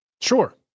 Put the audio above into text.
Sure